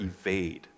evade